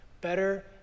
better